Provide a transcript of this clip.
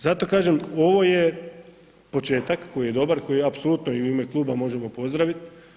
Zato kažem ovo je početak koji je dobar, koji apsolutno i u ime kluba možemo pozdraviti.